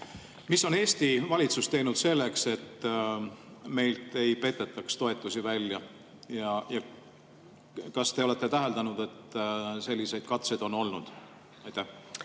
Mida on Eesti valitsus teinud selleks, et meilt ei petetakse toetusi välja? Ja kas te olete täheldanud, et selliseid katseid on olnud?